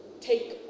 take